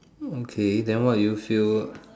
okay then why do you feel